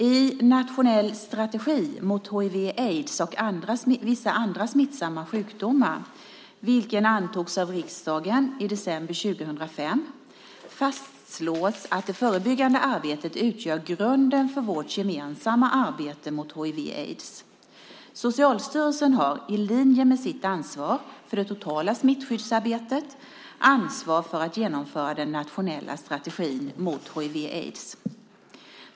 I Nationell strategi mot hiv aids. Socialstyrelsen har, i linje med sitt ansvar för det totala smittskyddsarbetet, ansvar för att genomföra den nationella strategin mot hiv/aids.